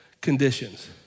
conditions